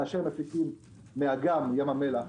כאשר מפיקים מאגם ים המלח,